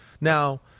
Now